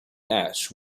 ash